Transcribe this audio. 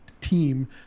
team